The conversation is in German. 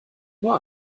nur